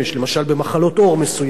למשל במחלות עור מסוימות.